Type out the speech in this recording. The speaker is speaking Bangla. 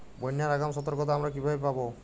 বন্যার আগাম সতর্কতা আমরা কিভাবে পাবো?